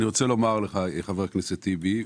חבר הכנסת טיבי,